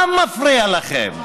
העם מפריע לכם,